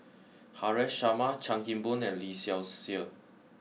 Haresh Sharma Chan Kim Boon and Lee Seow Ser